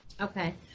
Okay